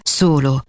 solo